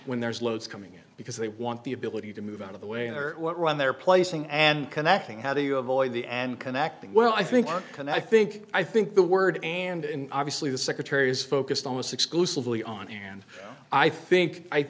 when there's loads coming because they want the ability to move out of the way or what run they're placing and connecting how do you avoid the and connecting well i think i can i think i think the word and obviously the secretary is focused almost exclusively on it and i think i